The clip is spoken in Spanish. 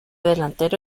delantero